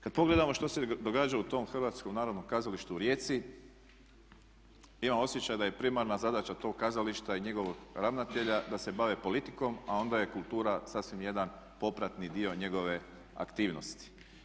Kada pogledamo što se događa u tom Hrvatskom narodnom kazalištu u Rijeci, imam osjećaj da je primarna zadaća tog kazališta i njegovog ravnatelja da se bave politikom a onda je kultura sasvim jedan popratni dio njegove aktivnosti.